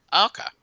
Okay